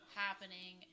happening